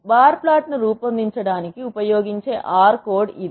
bar ప్లాట్ను రూపొందించడానికి ఉపయోగించే R కోడ్ ఇది